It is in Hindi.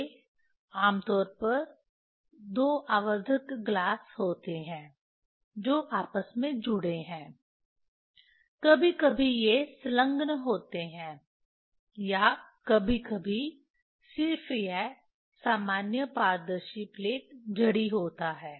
वे आम तौर पर दो आवर्धक ग्लास होते हैं जो आपस में जुड़े हैं कभी कभी यह संलग्न होते हैं या कभी कभी सिर्फ यह सामान्य पारदर्शी प्लेट जड़ी होता है